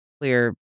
clear